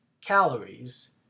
calories